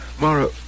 Mara